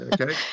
okay